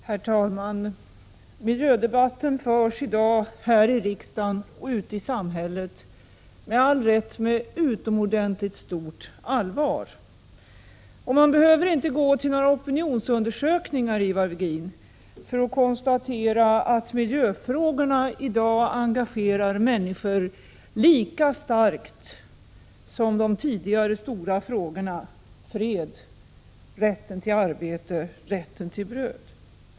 Herr talman! Miljödebatten förs i dag här i riksdagen och ute i samhället med all rätt med utomordentligt stort allvar. Man behöver inte gå till några opinionsundersökningar, Ivar Virgin, för att konstatera att miljöfrågorna i dag engagerar människor lika starkt som de tidigare stora frågorna gjorde: fred, rätten till arbete och rätten till bröd.